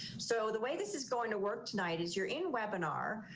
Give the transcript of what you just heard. so the way this is going to work tonight is you're in webinar.